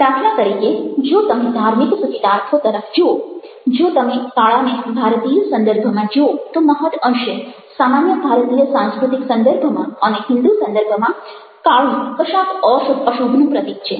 દાખલા તરીકે જો તમે ધાર્મિક સૂચિતાર્થો તરફ જુઓ જો તમે કાળાને ભારતીય સંદર્ભમાં જુઓ તો મહદ અંશે સામાન્ય ભારતીય સાંસ્કૃતિક સંદર્ભમાં અને હિન્દુ સંદર્ભમાં કાળું કશાક અશુભનું પ્રતીક છે